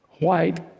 white